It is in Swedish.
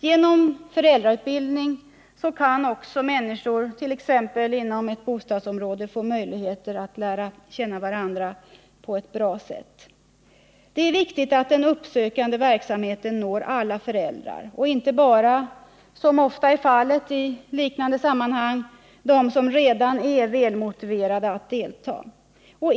Genom föräldrautbildningen kan också människor inom t.ex. ett bostadsområde få möjlighet att lära känna varandra på ett bra sätt. Det är viktigt att den uppsökande verksamheten når alla föräldrar och inte bara, som ofta är fallet i liknande sammanhang, dem som redan är välmotiverade att delta.